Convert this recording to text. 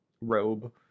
robe